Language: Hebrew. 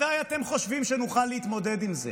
מתי אתם חושבים שנוכל להתמודד עם זה?